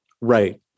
Right